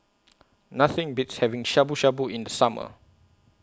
Nothing Beats having Shabu Shabu in The Summer